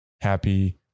happy